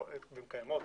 והן קיימות,